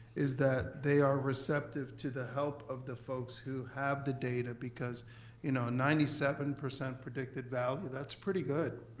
is that they are receptive to the help of the folks who have the data, because you know ninety seven percent predicted value, that's pretty good.